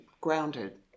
grounded